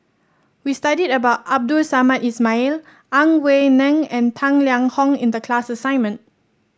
we studied about Abdul Samad Ismail Ang Wei Neng and Tang Liang Hong in the class assignment